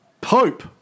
Pope